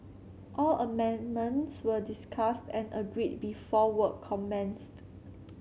all amendments were discussed and agreed before work commenced